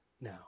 now